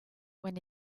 when